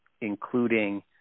including